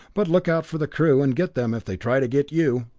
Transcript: but look out for the crew, and get them if they try to get you!